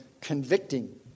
convicting